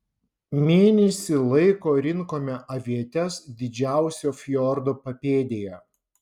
mėnesį laiko rinkome avietes didžiausio fjordo papėdėje